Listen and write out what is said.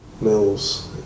Mills